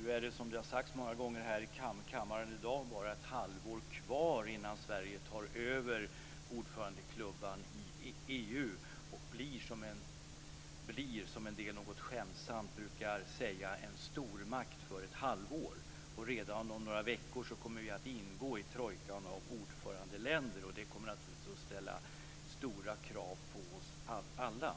Nu är det, som har sagts många gånger i kammaren i dag, bara ett halvår kvar innan Sverige tar över ordförandeklubban i EU och blir, som en del något skämtsamt brukar säga, en stormakt för ett halvår. Redan om några veckor kommer vi att ingå i trojkan av ordförandeländer, och det kommer naturligtvis att ställa stora krav på oss alla.